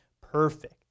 perfect